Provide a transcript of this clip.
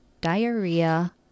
diarrhea